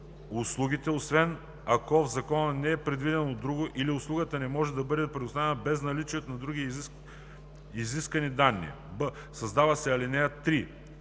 услугите, освен ако в закон не е предвидено друго или услугата не може да бъде предоставена без наличието на други изискани данни.“; б) създава се ал. 3: